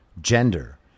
gender